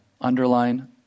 Underline